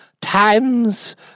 times